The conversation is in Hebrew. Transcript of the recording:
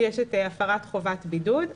יש את הפרת חובת בידוד,